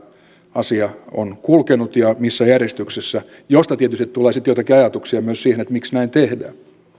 asia on kulkenut ja missä järjestyksessä mistä tietysti tulee sitten joitakin ajatuksia myös siitä miksi näin tehdään